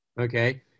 okay